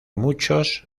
muchos